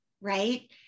right